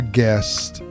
guest